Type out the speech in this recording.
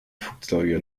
flugzeuge